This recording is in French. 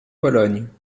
pologne